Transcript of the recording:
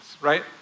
right